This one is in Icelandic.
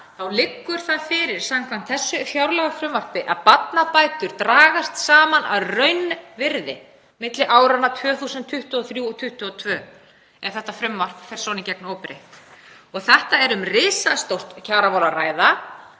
liggur það fyrir samkvæmt þessu fjárlagafrumvarpi að barnabætur dragast saman að raunvirði milli áranna 2023 og 2023 ef þetta frumvarp fer í gegn óbreytt. Hér er um risastórt kjaramál að ræða